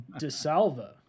DeSalva